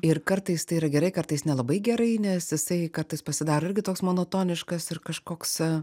ir kartais tai yra gerai kartais nelabai gerai nes jisai kartais pasidaro irgi toks monotoniškas ir kažkoks